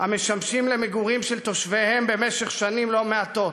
המשמשים למגורים של תושביהם במשך שנים לא מעטות.